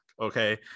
Okay